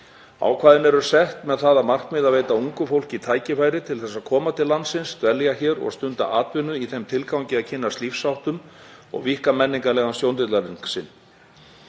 Ákvæðin eru sett með það að markmiði að veita ungu fólki tækifæri til að koma til landsins, dvelja hér og stunda atvinnu í þeim tilgangi að kynnast lífsháttum og víkka menningarlegan sjóndeildarhring sinn.